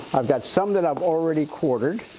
i've got some that i've already quartered.